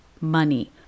money